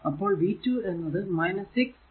അപ്പോൾ v2 എന്നത് 6 I ആണ്